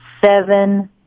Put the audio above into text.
seven